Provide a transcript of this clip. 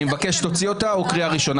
אני מבקש שתוציא אותה או תן לה קריאה ראשונה,